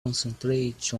concentrate